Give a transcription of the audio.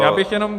Já bych jenom